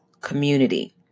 community